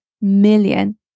million